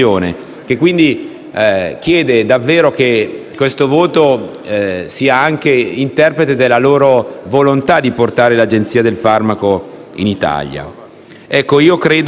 chiedono che questo voto sia anche interprete della loro volontà di portare l'Agenzia del farmaco in Italia. Credo che con